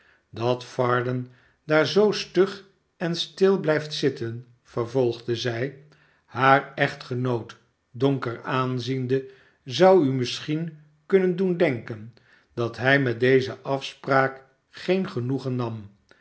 dat varden daar zoo stug en stil blijft zitten vervolgde zij haar echtgenoot donker aanziende zou u misschien kunnen doen denken dat hij met deze afspraak geen genoegen nam